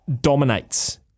dominates